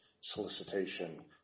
solicitation